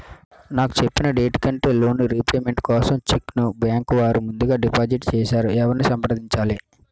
నాకు చెప్పిన డేట్ కంటే లోన్ రీపేమెంట్ కోసం చెక్ ను బ్యాంకు వారు ముందుగా డిపాజిట్ చేసారు ఎవరిని సంప్రదించాలి?